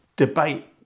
Debate